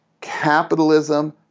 capitalism